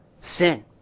sin